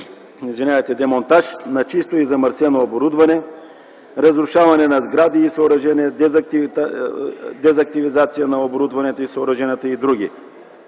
демонтаж на чисто и замърсено оборудване; разрушаване на сгради и съоръжения; дезактивизация на оборудването и съоръженията и др.